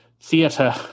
Theatre